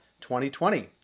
2020